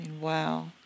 wow